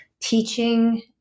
teaching